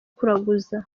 kuraguza